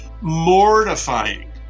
mortifying